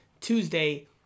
Tuesday